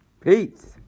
Peace